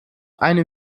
eine